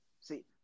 See